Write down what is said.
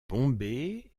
bombé